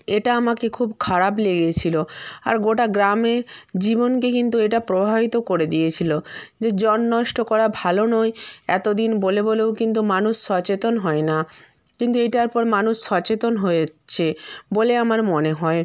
এটা আমাকে খুব খারাপ লেগেছিলো আর গোটা গ্রামে জীবনকে কিন্তু এটা প্রভাবিত করে দিয়েছিলো যে জল নষ্ট করা ভালো নয় এতো দিন বোলে বোলেও কিন্তু মানুষ সচেতন হয় না কিন্তু এইটার পর মানুষ সচেতন হয়েছে বলে আমার মনে হয়